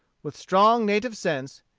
with strong native sense,